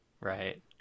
Right